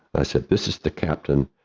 i said this is the captain.